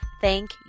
thank